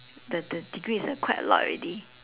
the the degree is a quite a lot already